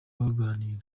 baganire